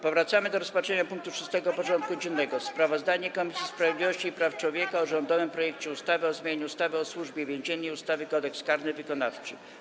Powracamy do rozpatrzenia punktu 6. porządku dziennego: Sprawozdanie Komisji Sprawiedliwości i Praw Człowieka o rządowym projekcie ustawy o zmianie ustawy o Służbie Więziennej i ustawy Kodeks karny wykonawczy.